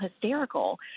hysterical